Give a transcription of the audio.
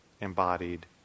embodied